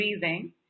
breathing